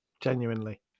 genuinely